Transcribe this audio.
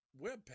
webpage